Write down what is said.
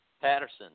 Patterson